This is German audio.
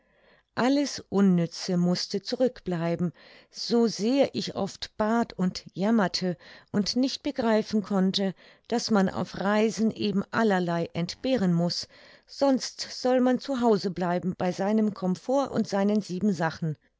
alles unnütze mußte zurück bleiben so sehr ich oft bat und jammerte und nicht begreifen konnte daß man auf reisen eben allerlei entbehren muß sonst soll man zu hause bleiben bei seinem comfort und seinen siebensachen